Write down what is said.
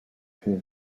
here